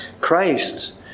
Christ